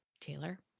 Taylor